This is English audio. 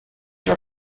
were